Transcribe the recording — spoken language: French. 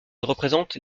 représente